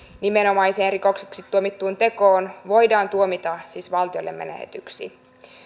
nimenomaiseen rikokseksi tuomittuun tekoon voidaan tuomita siis valtiolle menetetyksi